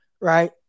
right